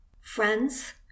Friends